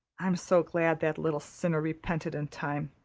i'm so glad that little sinner repented in time.